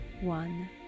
one